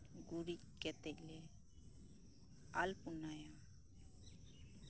ᱜᱩᱨᱤᱡ ᱠᱟᱛᱮ ᱞᱮ ᱟᱞᱯᱚᱱᱟᱭᱟ